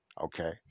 okay